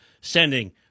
sending